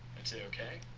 and say ok.